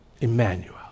Emmanuel